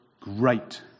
great